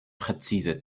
präzise